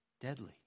deadly